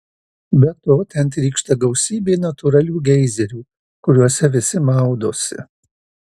be to ten trykšta gausybė natūralių geizerių kuriuose visi maudosi